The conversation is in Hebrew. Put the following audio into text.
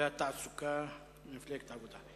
והתעסוקה ממפלגת העבודה.